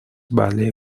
vale